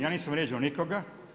Ja nisam vrijeđao nikoga.